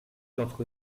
d’entre